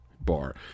Bar